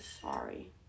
sorry